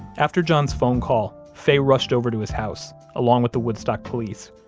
after john's phone call, faye rushed over to his house, along with the woodstock police.